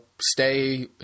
stay